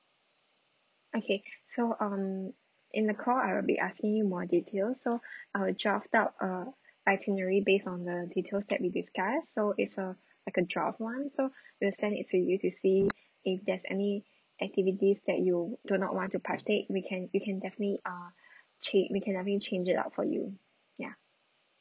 okay so um in the call I'll be asking you more details so I'll draft up a itinerary based on the details that we discussed so it's uh like a draft one so we'll send it to you to see if there's any activities that you do not want to partake we can you can definitely uh cha~ we can I mean change it out for you ya